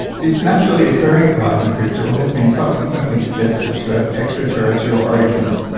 this naturally occurring quasicrystal has been subsequently suggested to have extraterrestrial origins,